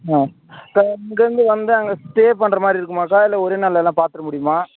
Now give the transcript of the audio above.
ஆ அக்கா இங்கேந்து வந்து அங்கே ஸ்டே பண்ணுற மாதிரி இருக்குமாக்கா இல்லை ஒரே நாளில் எல்லாம் பார்த்துர முடியுமா